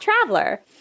Traveler